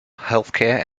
healthcare